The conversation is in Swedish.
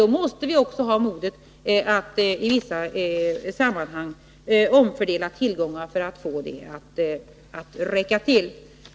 Då måste vi också ha modet att i vissa sammanhang omfördela tillgångar för att få dem att räcka till.